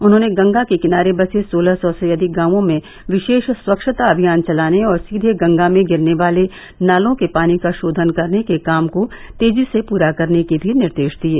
उन्होंने गंगा के किनारे बसे सोलह सौ से अधिक गांवों में विशे ा स्वच्छता अभियान चलाने और सीधे गंगा में गिरने वाले नालों के पानी का गोधन करने के काम को तेजी से पूरा करने के भी निर्देश दिये